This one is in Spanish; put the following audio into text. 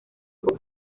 grupo